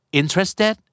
interested